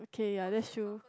K ya that's true